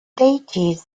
deities